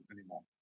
anymore